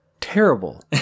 Terrible